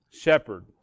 shepherd